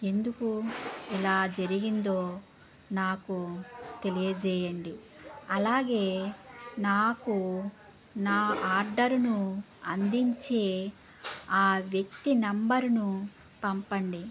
ఎందుకు ఇలా జరిగిందో నాకు తెలియజేయండి అలాగే నాకు నా ఆర్డర్ను అందించే ఆ వ్యక్తి నంబర్ను పంపండి